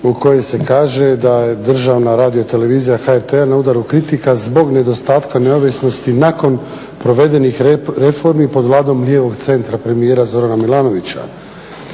u kojoj se kaže da je državna radiotelevizija i HRT na udaru kritika zbog nedostatka neovisnosti nakon provedenih reformi pod vladom njihovog centra premijera Zorana Milanovića.